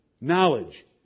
knowledge